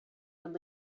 would